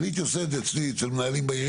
אני הייתי עושה את זה אצלי, אצל מנהלים בעירייה.